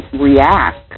react